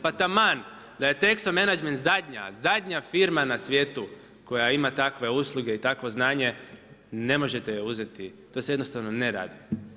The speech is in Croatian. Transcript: Pa taman da je Texo Managment zadnja firma na svijetu koja ima takvo usluge i takvo znanje, ne možete ju uzeti, to se jednostavno ne radi.